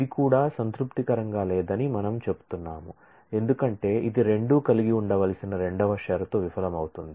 ఇది కూడా సంతృప్తికరంగా లేదని మనం చెప్తున్నాము ఎందుకంటే ఇది రెండూ కలిగి ఉండవలసిన రెండవ షరతు విఫలమవుతుంది